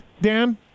Dan